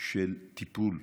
של טיפול.